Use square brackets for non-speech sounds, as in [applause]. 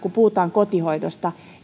[unintelligible] kun puhutaan kotihoidosta